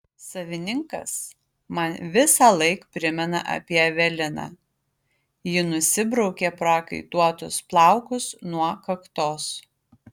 savininkas man visąlaik primena apie eveliną ji nusibraukė prakaituotus plaukus nuo kaktos